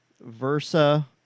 versa